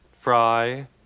Fry